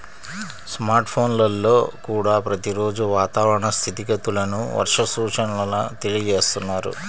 smart ఫోన్లల్లో కూడా ప్రతి రోజూ వాతావరణ స్థితిగతులను, వర్ష సూచనల తెలియజేస్తున్నారు